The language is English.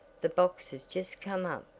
the box has just come up,